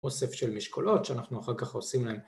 אוסף של משקולות שאנחנו אחר כך עושים להם.